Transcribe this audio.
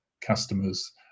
customers